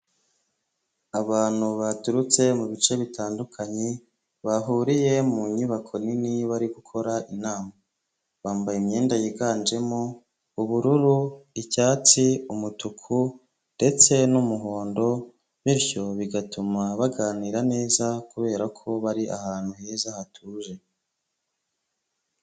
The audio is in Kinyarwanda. Abantu baturutse mu bice bitandukanye, bahuriye mu nyubako nini, bari gukora inama. Bambaye imyenda yiganjemo ubururu, icyatsi, umutuku, ndetse n'umuhondo, bityo bigatuma baganira neza, kubera ko bari ahantu heza hatuje.